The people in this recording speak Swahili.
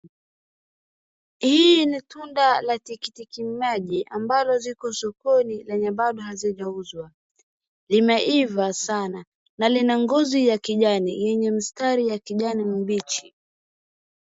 Hii ni tunda la tikitiki maji, ambalo ziko sokoni, lenye bado hazijauzwa. Limeiva sana, na lina ngozi ya kijani, yenye mstari ya kijani mbichi.